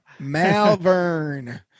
Malvern